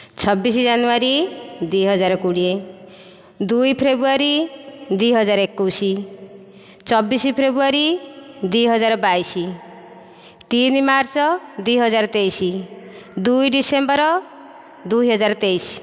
ଛବିଶ ଜାନୁଆରୀ ଦୁଇ ହଜାର କୋଡ଼ିଏ ଦୁଇ ଫେବୃଆରୀ ଦୁଇ ହଜାର ଏକୋଇଶ ଛବିଶ ଫେବୃଆରୀ ଦୁଇ ହଜାର ବାଇଶ ତିନି ମାର୍ଚ୍ଚ୍ ଦୁଇ ହଜାର ତେଇଶ ଦୁଇ ଡ଼ିସେମ୍ବର୍ ଦୁଇ ହଜାର ତେଇଶ